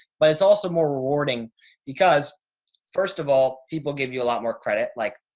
but it's also more rewarding because first of all, people give you a lot more credit. like,